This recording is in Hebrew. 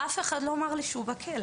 אף אחד לא אמר לי שהוא בכלא,